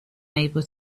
able